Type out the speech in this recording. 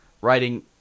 writing